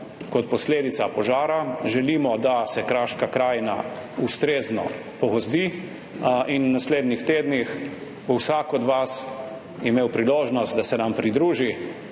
kot posledica požara. Želimo, da se kraška krajina ustrezno pogozdi in v naslednjih tednih bo vsak od vas imel priložnost, da se nam pridruži,